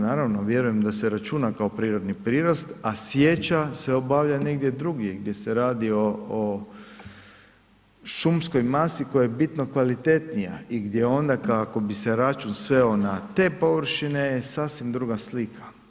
Naravno vjerujem da se računa kao prirodni prirast, a sjeća se obavlja negdje drugdje gdje se radi o šumskoj masi koja je bitno kvalitetnija i gdje onda kako bi se račun sveo na te površine je sasvim druga slika.